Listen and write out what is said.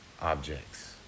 objects